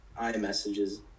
iMessages